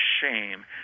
shame